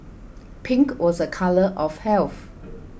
pink was a colour of health